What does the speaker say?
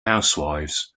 housewives